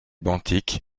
benthique